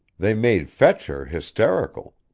they made fetcher hysterical.